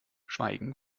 schweigen